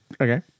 Okay